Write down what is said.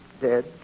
dead